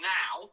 now